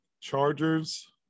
Chargers